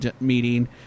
meeting